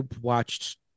watched